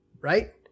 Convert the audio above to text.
right